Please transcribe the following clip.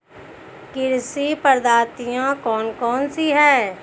कृषि पद्धतियाँ कौन कौन सी हैं?